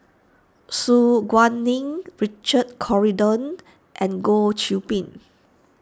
Su Guaning Richard Corridon and Goh Qiu Bin